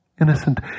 innocent